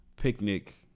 picnic